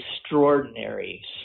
extraordinary